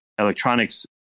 electronics